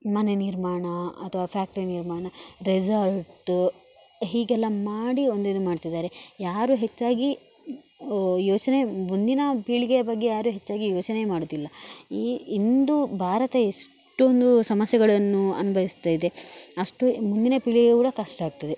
ಮನೆ ನಿರ್ಮಾಣ ಅಥವಾ ಫ್ಯಾಕ್ಟ್ರಿ ನಿರ್ಮಾಣ ರೆಸಾರ್ಟು ಹೀಗೆಲ್ಲ ಮಾಡಿ ಒಂದಿದು ಮಾಡ್ತಿದ್ದಾರೆ ಯಾರು ಹೆಚ್ಚಾಗಿ ಯೋಚನೆ ಮುಂದಿನ ಪೀಳಿಗೆಯ ಬಗ್ಗೆ ಯಾರು ಹೆಚ್ಚಾಗಿ ಯೋಚನೆ ಮಾಡೋದಿಲ್ಲ ಈ ಇಂದು ಭಾರತ ಎಷ್ಟೊಂದು ಸಮಸ್ಯೆಗಳನ್ನು ಅನ್ಬವಿಸ್ತಾಯಿದೆ ಅಷ್ಟು ಮುಂದಿನ ಪೀಳಿಗೆ ಕೂಡ ಕಷ್ಟಾಗ್ತದೆ